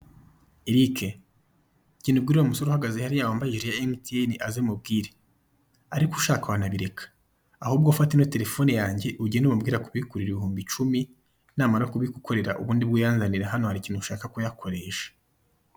Eric, genda ubwire uriya musore uhagaze hariya wambaye ijire ya emutiyeni aze mubwire; ariko ushaka wanabireka, ahubwo fata ino telefone yange ugende umubwire akubikurire ibihumbi icumi, namara kubigukorera ubundi bwo uyanzanire hano, hari ikintu nshaka kuyakoresha.